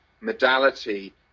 modality